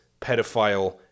pedophile